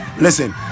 listen